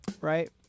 right